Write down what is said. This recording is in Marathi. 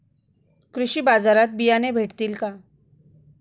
कृषी बाजारात बियाणे भेटतील का?